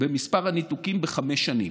במספר הניתוקים בחמש שנים.